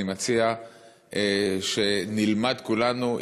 אני מציע שנלמד כולנו,